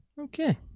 Okay